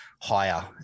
higher